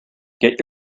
get